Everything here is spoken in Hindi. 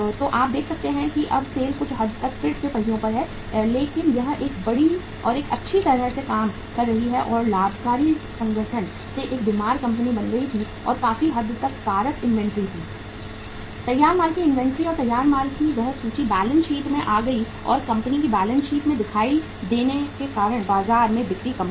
तो आप यह देख सकते हैं कि अब SAIL कुछ हद तक फिर से पहियों पर है लेकिन यह एक अच्छी तरह से काम कर रही या लाभकारी संगठन से एक बीमार कंपनी बन गई थी और काफी हद तक कारक इन्वेंट्री थी तैयार माल की इन्वेंट्री और तैयार माल की वह सूची बैलेंस शीट में आ गई या कंपनी की बैलेंस शीट में दिखाई देने के कारण बाजार में बिक्री कम हो गई